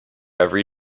every